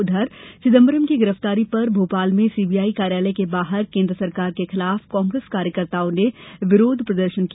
उधर श्री चिदम्बरम की गिरफ्तारी पर भोपाल में सीबीआई कार्यालय के बाहर केन्द्र सरकार के खिलाफ कांग्रेस कार्यकर्ताओं ने विरोध प्रदर्शन किया